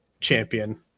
champion